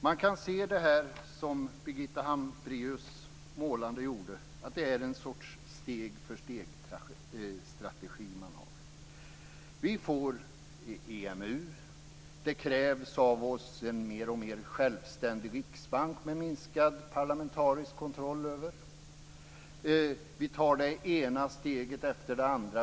Man kan se det här som Birgitta Hambraeus så målande gjorde som en sorts steg-för-steg-strategi. Vi får EMU. Det krävs av oss en mer och mer självständig riksbank med minskad parlamentarisk kontroll över sig. Vi tar det ena steget efter det andra.